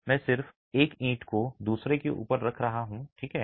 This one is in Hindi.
मैं सिर्फ एक ईंट को दूसरे के ऊपर रख रहा हूं ठीक है